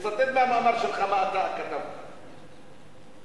תצטט מה אתה כתבת במאמר שלך.